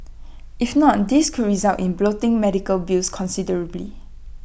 if not this could result in bloating medical bills considerably